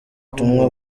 butumwa